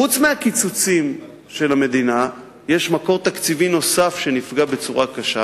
חוץ מהקיצוצים של המדינה יש מקור תקציבי נוסף שנפגע בצורה קשה,